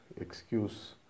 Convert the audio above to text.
excuse